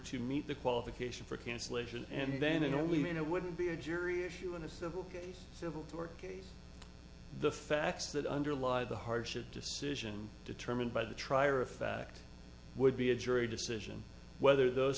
to meet the qualification for cancellation and then only mean it wouldn't be a jury issue in a civil case civil tort case the facts that underlie the hardship decision determined by the trier of fact would be a jury decision whether those